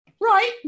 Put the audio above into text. Right